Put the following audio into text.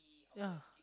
ya